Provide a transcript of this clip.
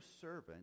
servant